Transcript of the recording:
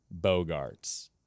Bogarts